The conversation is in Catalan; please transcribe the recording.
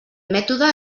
mètode